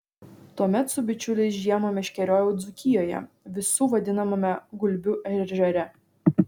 tuomet su bičiuliais žiemą meškeriojau dzūkijoje visų vadinamame gulbių ežere